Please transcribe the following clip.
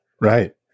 Right